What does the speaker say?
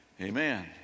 Amen